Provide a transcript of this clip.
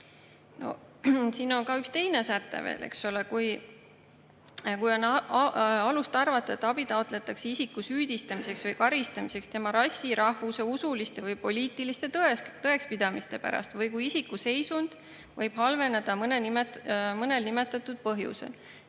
Siin on üks teine säte veel, eks ole. Kui on alust arvata, et abi taotletakse isiku süüdistamiseks või karistamiseks tema rassi, rahvuse, usuliste või poliitiliste tõekspidamiste pärast või kui isiku seisund võib halveneda mõnel nimetatud põhjusel.